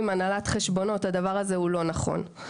הנהלת חשבונות טועה; הדבר הזה הוא לא נכון.